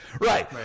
Right